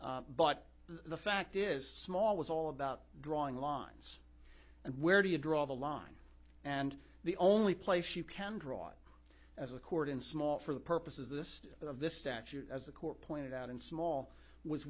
but the fact is small was all about drawing lines and where do you draw the line and the only place you can draw it as a cordon small for the purposes this of this statute as the court pointed out in small was